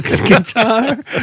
guitar